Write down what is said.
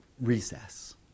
recess